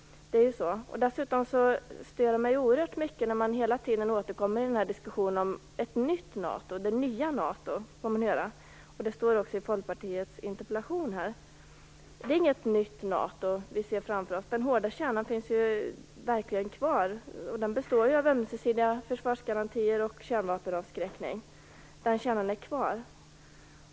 Det är så. Dessutom stör det mig oerhört mycket när man hela tiden i den här diskussionen återkommer till vad man kallar ett nytt NATO. Det nya NATO, säger man. Det står också i Folkpartiets interpellation. Det är inte något nytt NATO vi ser framför oss. Den hårda kärnan finns ju kvar. Den består av ömsesidiga försvarsgarantier och kärnvapenavskräckning. Den kärnan är kvar.